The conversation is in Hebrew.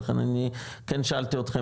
לכן אני כן שאלתי אותכם,